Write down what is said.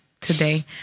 today